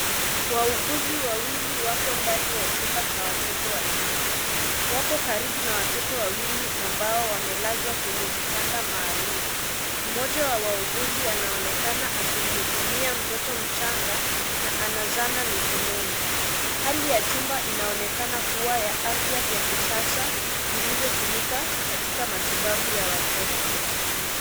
Wauguzi wawili wako ndani ya chumba cha watoto wachanga. Wako karibu na watoto wawili ambao wamelazwa kwenye kitanda maalum. Mmoja wa wauguzi anaonekana akimhudumia mtoto mchanga na ana zana mikononi. Hali ya chumba inaonekana kama ya afya vya kisasa vilivyotumika katika matibabu ya watoto.